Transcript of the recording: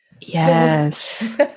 Yes